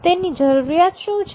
તેની જરૂરિયાત શું છે